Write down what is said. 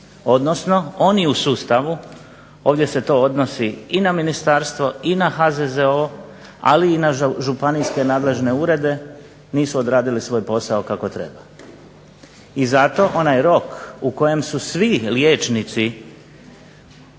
odnosno oni u sustavu, ovdje se to odnosi i na ministarstvo i na HZZO, ali i na županijske nadležne urede nisu odradili svoj posao kako treba. I zato onaj rok u kojem su svi liječnici